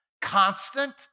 constant